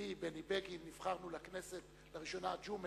אני, בני בגין, נבחרנו לכנסת לראשונה, ג'ומס,